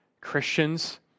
Christians